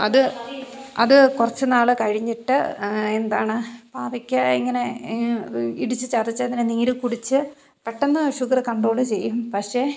അത് അതു കുറച്ച് നാൾ കഴിഞ്ഞിട്ട് എന്താണ് പാവയ്ക്ക ഇങ്ങനെ ഇടിച്ചു ചതച്ചതിനെ നീര് കുടിച്ച് പെട്ടെന്ന് ഷുഗറ് കൺട്രോള് ചെയ്യും പക്ഷേ